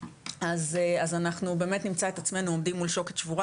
אז אנחנו באמת נמצא את עצמנו עומדים מול שוקת שבורה,